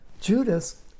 Judas